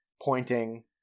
pointing